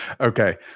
Okay